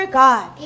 god